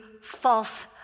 false